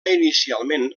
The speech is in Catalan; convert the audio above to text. inicialment